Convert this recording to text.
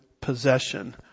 possession